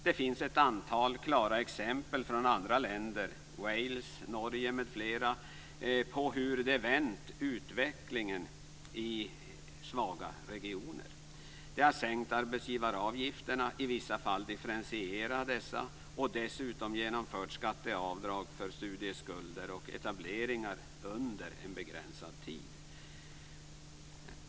Det finns ett antal klara exempel från andra länder - Wales, Norge m.fl. - på hur utvecklingen vänts i svaga regioner. De har sänkt arbetsgivaravgifterna och i vissa fall differentierat dessa. Dessutom har de genomfört skatteavdrag för studieskulder och etableringar under en begränsad tid.